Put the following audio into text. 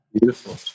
Beautiful